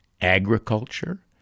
agriculture